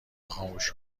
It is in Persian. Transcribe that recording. خاموش